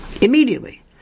Immediately